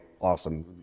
Awesome